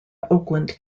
oakland